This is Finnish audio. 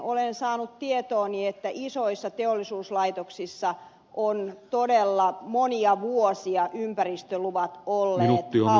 olen saanut tietooni että isoissa teollisuuslaitoksissa ovat todella monia vuosia ympäristöluvat olleet haussa